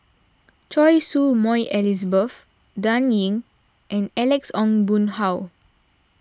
Choy Su Moi Elizabeth Dan Ying and Alex Ong Boon Hau